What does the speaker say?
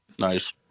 Nice